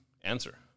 answer